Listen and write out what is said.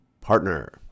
partner